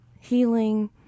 healing